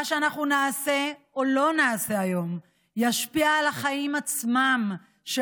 מה שאנחנו נעשה או לא נעשה היום ישפיע על החיים עצמם של